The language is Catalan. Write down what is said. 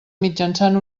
mitjançant